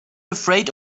afraid